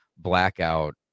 blackout